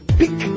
pick